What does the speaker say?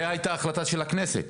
זו הייתה החלטה של הכנסת,